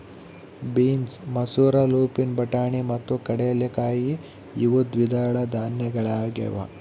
beans ಮಸೂರ lupin ಬಟಾಣಿ ಮತ್ತು ಕಡಲೆಕಾಯಿ ಇವು ದ್ವಿದಳ ಧಾನ್ಯಗಳಾಗ್ಯವ